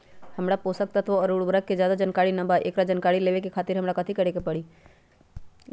हमरा पोषक तत्व और उर्वरक के ज्यादा जानकारी ना बा एकरा जानकारी लेवे के खातिर हमरा कथी करे के पड़ी?